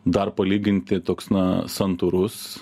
dar palyginti toks na santūrus